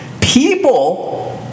People